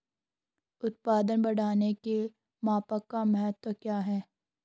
उत्पादन बढ़ाने के मापन का महत्व क्या है?